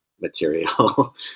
material